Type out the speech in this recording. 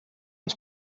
ens